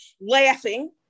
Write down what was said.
laughing